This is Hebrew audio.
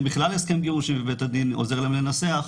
בכלל הסכם גירושין ובית הדין עוזר להם לנסח,